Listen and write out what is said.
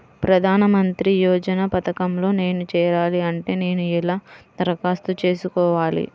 ప్రధాన మంత్రి యోజన పథకంలో నేను చేరాలి అంటే నేను ఎలా దరఖాస్తు చేసుకోవాలి?